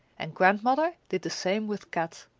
and grandmother did the same with kat.